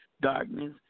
darkness